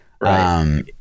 Right